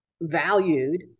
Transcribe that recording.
valued